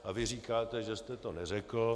A vy říkáte, že jste to neřekl.